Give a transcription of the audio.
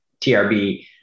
TRB